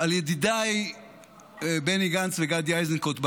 על ידידיי בני גנץ וגדי איזנקוט.